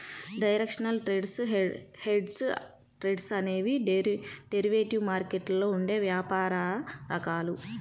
directional trades, hedged trades అనేవి derivative మార్కెట్లో ఉండే వ్యాపార రకాలు